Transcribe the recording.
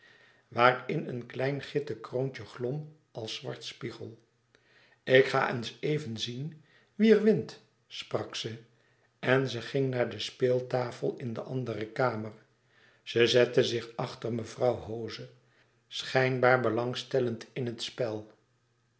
waarin een klein gitten kroontje glom als zwart spiegel ik ga eens even zien wie er wint sprak ze en ze ging naar de speeltafel in de andere kamer ze zette zich achter mevrouw hoze schijnbaar belangstellend in het spel